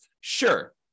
Sure